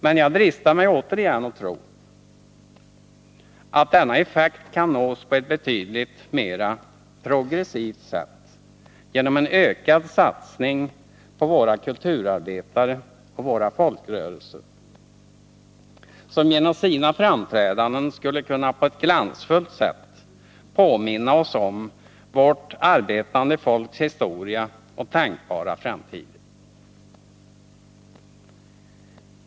Men jag dristar mig återigen att tro att denna effekt kan nås på ett betydligt mera progressivt sätt genom en ökad satsning på våra kulturarbetare och våra folkrörelser, som genom sina framträdanden skulle kunna på ett glansfullt sätt påminna oss om vårt arbetande folks historia och tänkbara framtider.